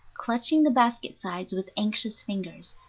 clutching the basket-sides with anxious fingers,